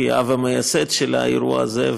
כאב המייסד של האירוע הזה,